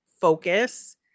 focus